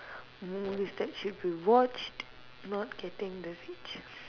movies that should be watched not getting the reach